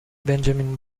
benjamin